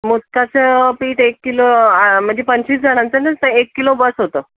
मोदकाचं पीठ एक किलो आ म्हणजे पंचवीस जणांचं ना एक किलो बस होतं